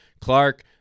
Clark